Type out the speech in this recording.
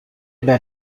ben